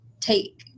take